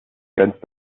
grenzt